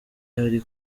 hari